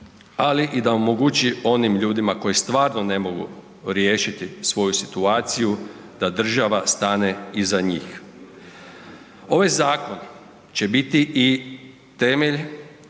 ali i da omogući onim ljudima koji stvarno ne mogu riješiti svoju situaciju da država stane iz njih. Ovaj zakon će biti i temelj